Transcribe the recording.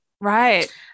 Right